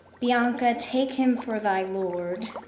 bianca, take him for thy lord,